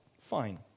Fine